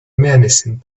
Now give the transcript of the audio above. menacing